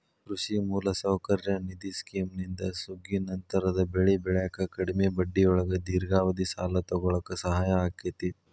ಕೃಷಿ ಮೂಲಸೌಕರ್ಯ ನಿಧಿ ಸ್ಕಿಮ್ನಿಂದ ಸುಗ್ಗಿನಂತರದ ಬೆಳಿ ಬೆಳ್ಯಾಕ ಕಡಿಮಿ ಬಡ್ಡಿಯೊಳಗ ದೇರ್ಘಾವಧಿ ಸಾಲ ತೊಗೋಳಾಕ ಸಹಾಯ ಆಕ್ಕೆತಿ